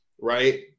right